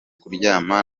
kuryama